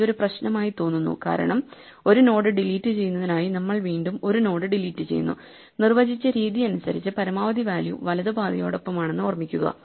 ഇത് ഒരു പ്രശ്നമായി തോന്നുന്നു കാരണം ഒരു നോഡ് ഡിലീറ്റ് ചെയ്യുന്നതിനായി നമ്മൾ വീണ്ടും ഒരു നോഡ് ഡിലീറ്റ് ചെയ്യുന്നു നിർവ്വചിച്ച രീതി അനുസരിച്ച് പരമാവധി വാല്യൂ വലതു പാതയോടൊപ്പമാണെന്ന് ഓർമ്മിക്കുക